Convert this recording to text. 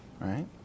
right